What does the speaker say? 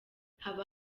haba